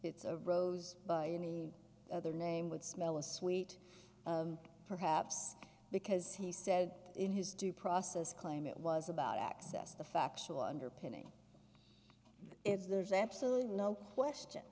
it's a rose by any other name would smell as sweet perhaps because he said in his due process claim it was about access the factual underpinning is there's absolutely no question